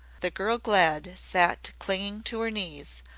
the girl glad sat clinging to her knees,